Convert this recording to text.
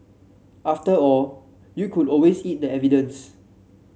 after all you could always eat the evidence